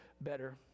better